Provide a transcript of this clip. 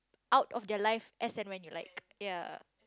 out of their life as and when you like ya